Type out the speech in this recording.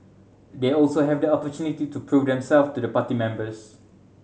they also have the opportunity to prove themselves to the party members